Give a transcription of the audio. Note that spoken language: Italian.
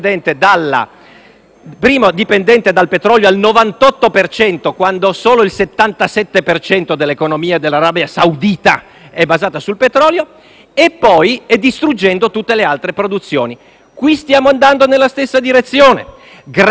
primo dipendente dal petrolio (al 98 per cento quando solo il 77 per cento dell'economia dell'Arabia Saudita è basata sul petrolio), distruggendo tutte le altre produzioni. Qui stiamo andando nella stessa direzione, grazie al fatto